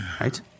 right